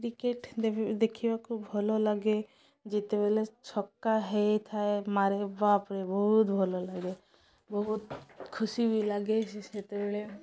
cricket ଦେଖିବାକୁ ଭଲ ଲାଗେ ଯେତେବେଳେ ଛକା ହେଇଥାଏ ମାରେ ବାପ୍ରେ ବହୁତ ଭଲ ଲାଗେ ବହୁତ ଖୁସି ବି ଲାଗେ ସେ ସେତେବେଳେ